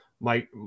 Mike